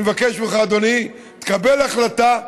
אני מבקש ממך, אדוני, תקבל החלטה.